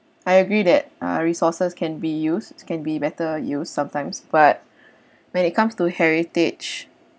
I agree that uh resources can be used can be better use sometimes but when it comes to heritage